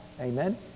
Amen